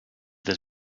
this